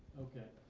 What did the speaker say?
okay,